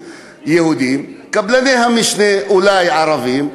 קבלני המשנה אולי ערבים,